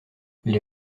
les